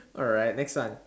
alright next one